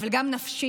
אבל גם נפשית,